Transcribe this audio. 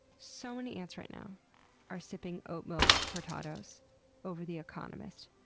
so many ants right now are sipping oatmilk cortados over the economist,